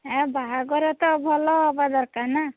ଆଜ୍ଞା ବାହାଘର ତ ଭଲ ହବା ଦରକାର ନା